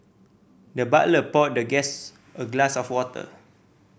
the butler poured the guests a glass of water